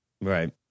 Right